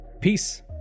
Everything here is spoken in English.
Peace